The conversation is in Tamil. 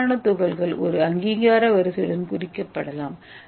தங்க நானோ துகள் ஒரு அங்கீகார வரிசையுடன் குறிக்கப்படலாம்